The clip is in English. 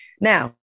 Now